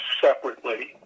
separately